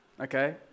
Okay